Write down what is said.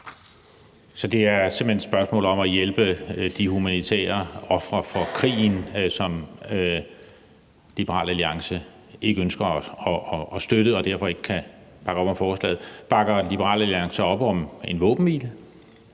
Så det er simpelt hen det med at give humanitær hjælp til ofrene for krigen, som Liberal Alliance ikke ønsker at støtte, og som derfor gør, at man ikke kan bakke op om forslaget. Bakker Liberal Alliance op om en øjeblikkelig